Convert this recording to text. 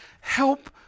Help